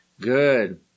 Good